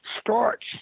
starts